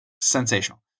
Sensational